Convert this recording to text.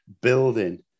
building